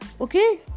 Okay